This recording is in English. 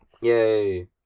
Yay